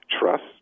trust